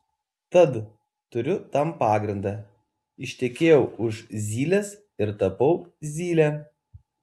tad turiu tam pagrindą ištekėjau už zylės ir tapau zyle